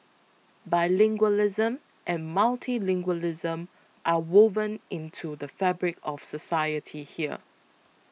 bilingualism and multilingualism are woven into the fabric of society here